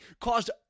caused